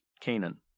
Canaan